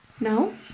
No